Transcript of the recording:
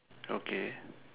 okay